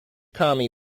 kami